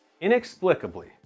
inexplicably